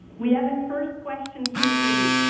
we have a first question here for you.